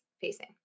facing